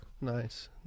Nice